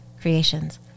creations